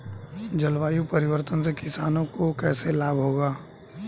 जलवायु परिवर्तन से किसानों को कैसे लाभ होगा?